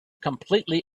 completely